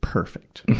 perfect.